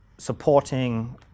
supporting